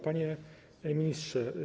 Panie Ministrze!